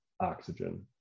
oxygen